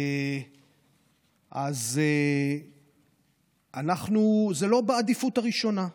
זה לא בעדיפות הראשונה.